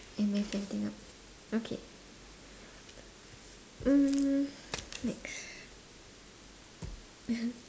I'm like setting up okay hmm next ya